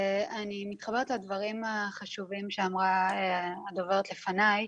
אני מתחברת לדברים החשובים שאמרה תמר לפניי